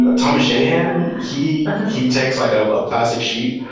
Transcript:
ah thomas shahan, he he takes like a ah plastic sheet,